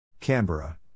Canberra